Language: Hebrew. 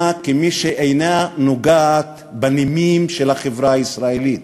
כמי שאינה נוגעת בנימים של החברה הישראלית.